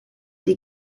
die